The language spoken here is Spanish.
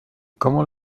cómo